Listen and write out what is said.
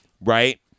right